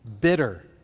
bitter